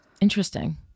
Interesting